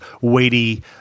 weighty